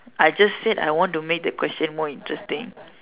I just said I want to make the question more interesting